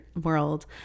world